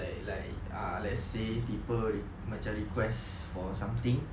like like ah let's say people macam request for something